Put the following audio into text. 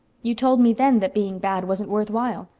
you told me then that being bad wasn't worth while.